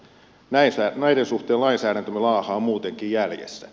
näiden suhteen lainsäädäntömme laahaa muutenkin jäljessä